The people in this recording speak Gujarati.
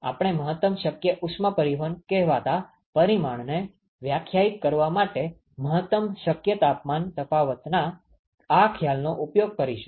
આપણે મહત્તમ શક્ય ઉષ્મા પરિવહન કહેવાતા પરિમાણને વ્યાખ્યાયિત કરવા માટે મહત્તમ શક્ય તાપમાન તફાવતના આ ખ્યાલનો ઉપયોગ કરીશું